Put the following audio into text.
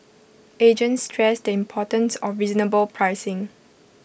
agents stress the importance of reasonable pricing